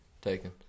taken